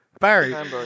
Barry